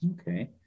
Okay